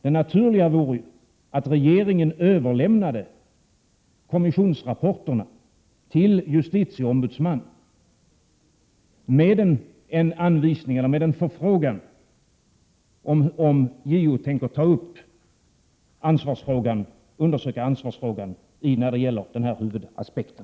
Det naturliga vore ju att regeringen överlämnade kommissionsrapporterna till justitieombudsmannen med en förfrågan om JO tänker undersöka ansvarsfrågan när det gäller den här huvudaspekten.